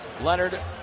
Leonard